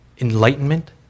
enlightenment